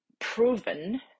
proven